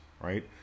right